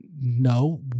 no